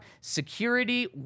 security